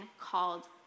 called